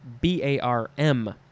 B-A-R-M